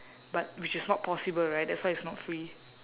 but which is not possible right that's why it's not free